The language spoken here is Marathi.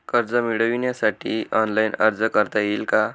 कर्ज मिळविण्यासाठी ऑनलाइन अर्ज करता येईल का?